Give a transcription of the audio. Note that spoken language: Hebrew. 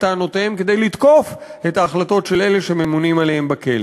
טענותיהם כדי לתקוף את ההחלטות של אלה שממונים עליהם בכלא.